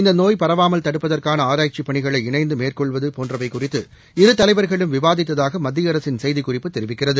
இந்த நோய் பரவாமல் தடுப்பதற்கான ஆராய்ச்சிப் பணிகளை இணைந்து மேற்கொள்வது போன்றவை குறிதது இரு தலைவர்களும் விவாதித்ததாக மத்திய அரசின் செய்திக்குறிப்பு தெரிவிக்கிறது